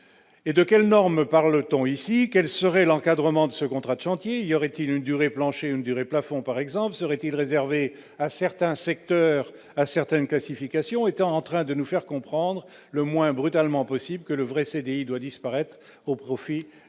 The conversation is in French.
et de quelles normes parle-t-on ici, quelle serait l'encadrement de ce contrat de chantier, il y aurait-il une durée plancher une durée plafond par exemple, seraient-ils réservés à certains secteurs à certaines classifications était en train de nous faire comprendre le moins brutalement possible que le vrai CDI doit disparaître au profit d'une